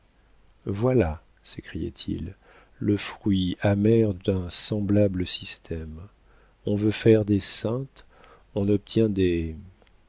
voilà s'écriait-il le fruit amer d'un semblable système on veut faire des saintes on obtient des